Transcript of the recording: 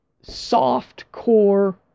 soft-core